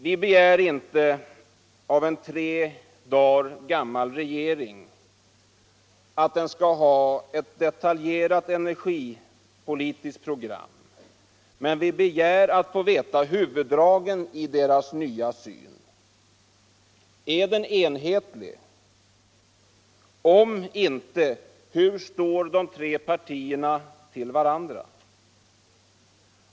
Vi begiär inte av en tre dagar gammal regering att den skall ha ett detwaljerat energipolitiskt program. Men vi begär att få veta huvuddragen i regeringens nva syn. Är den enhetlig? Om inte, hur står de tre partierna till varandra?